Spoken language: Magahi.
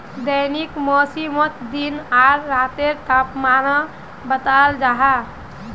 दैनिक मौसमोत दिन आर रातेर तापमानो बताल जाहा